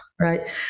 right